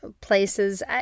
places